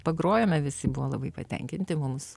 pagrojome visi buvo labai patenkinti mums